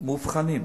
מאובחנים.